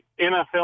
NFL